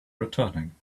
returning